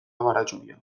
baratxuria